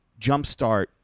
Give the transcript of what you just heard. jumpstart